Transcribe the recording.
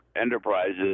Enterprises